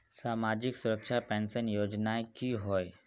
सामाजिक सुरक्षा पेंशन योजनाएँ की होय?